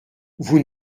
vous